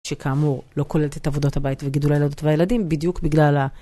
שכאמור לא כוללת את עבודות הבית וגידול הילדות והילדים בדיוק בגלל ה...